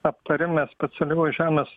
aptarime specialiųjų žemės